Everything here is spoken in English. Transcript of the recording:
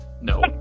No